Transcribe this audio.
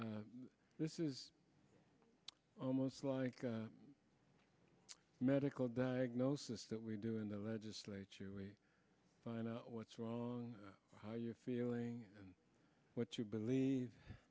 them this is almost like a medical diagnosis that we do in the legislature we find out what's wrong how you're feeling and what you believe